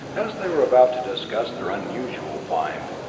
as they were about to discuss their unusual find,